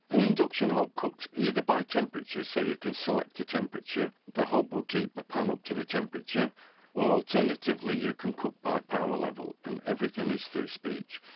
an induction hob cooks either by temperature, so you can select a temperature, the hob will keep the pan up to the temperature or alternatively you can cook by power level and everything is through speech.